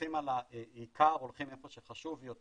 הולכים על העיקר, הולכים איפה שחשוב יותר.